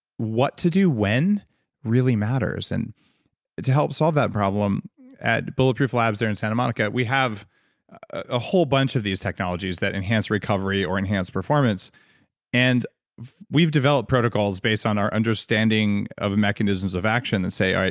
what to do when really matters. and to help solve that problem at bulletproof labs here in santa monica, we have a whole bunch of these technologies that enhance recovery or enhance performance and we've developed protocols based on our understanding of the mechanisms of action and say, all right,